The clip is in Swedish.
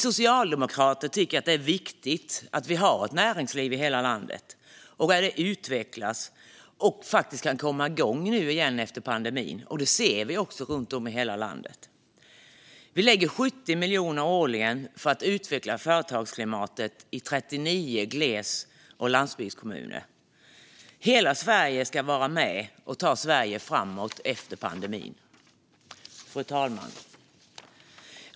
Socialdemokraterna tycker att det är viktigt att vi har ett näringsliv i hela landet som utvecklas och kan komma igång efter pandemin, vilket vi också ser nu runt om i hela landet. Vi lägger 70 miljoner årligen på att utveckla företagsklimatet i 39 gles och landsbygdskommuner. Hela landet ska vara med och ta Sverige framåt efter pandemin. Fru talman!